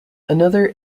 another